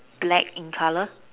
black in colour